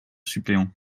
suppléants